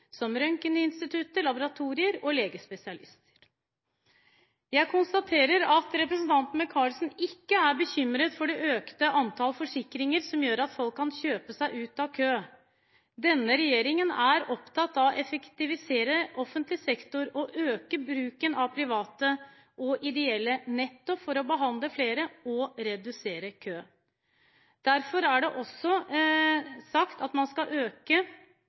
– som røntgeninstitutter, laboratorier og legespesialister. Jeg konstaterer at representanten Micaelsen ikke er bekymret for det økte antall forsikringer som gjør at folk kan kjøpe seg ut av kø. Denne regjeringen er opptatt av å effektivisere offentlige sektor og øke bruken av private og ideelle, nettopp for å behandle flere og redusere kø. Derfor er det også sagt at man skal øke